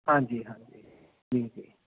ਹਾਂਜੀ ਹਾਂਜੀ ਜੀ ਜੀ